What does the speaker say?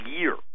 year